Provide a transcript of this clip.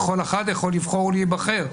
וכל אחד יכול לבחור ולהיבחר,